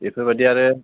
बेफोरबायदि आरो